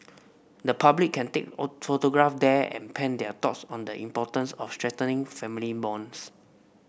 the public can take photographs there and pen their thoughts on the importance of strengthening family bonds